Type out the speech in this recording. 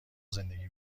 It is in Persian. زندگی